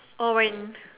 oh when